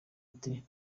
ati